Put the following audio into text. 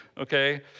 Okay